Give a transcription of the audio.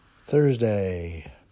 Thursday